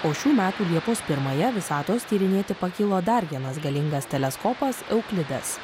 o šių metų liepos pirmąją visatos tyrinėti pakilo dar vienas galingas teleskopas euklidas